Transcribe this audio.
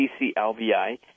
CCLVI